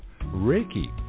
Reiki